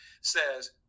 says